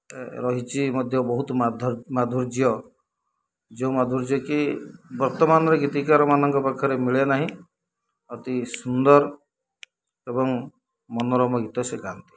ରହିଛି ମଧ୍ୟ ବହୁତ ମାଧୁର୍ଯ୍ୟ ଯେଉଁ ମାଧୁର୍ଯ୍ୟ କି ବର୍ତ୍ତମାନର ଗୀତିକାରମାନଙ୍କ ପାଖରେ ମିଳେ ନାହିଁ ଅତି ସୁନ୍ଦର ଏବଂ ମନୋରମ ଗୀତ ସେ ଗାଆନ୍ତି